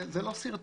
זה לא סרטון.